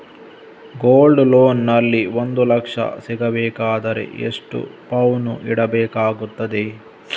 Gold loan ನಲ್ಲಿ ಒಂದು ಲಕ್ಷ ಸಿಗಬೇಕಾದರೆ ಎಷ್ಟು ಪೌನು ಇಡಬೇಕಾಗುತ್ತದೆ?